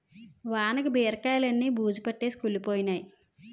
వానకి బీరకాయిలన్నీ బూజుపట్టేసి కుళ్లిపోయినై